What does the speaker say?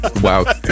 wow